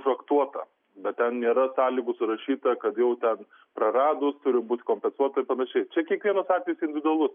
traktuota bet ten nėra sąlygų surašyta kad jau ten praradus turi būt kompensuota ir panašiai čia kiekvienas atvejis individualus